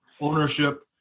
ownership